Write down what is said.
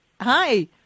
Hi